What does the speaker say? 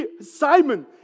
Simon